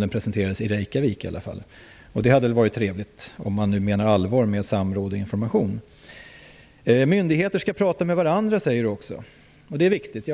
den presenterades i Reykjavik. Det hade ju varit trevligt om så hade skett, om man nu menar allvar med samråd och information. Myndigheter skall prata med varandra, säger Laila Freivalds, och det är viktigt.